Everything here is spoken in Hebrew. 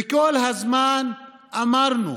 וכל הזמן אמרנו